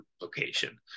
location